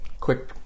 Quick